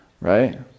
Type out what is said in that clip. Right